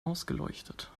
ausgeleuchtet